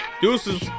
deuces